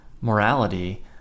morality